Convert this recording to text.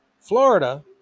Florida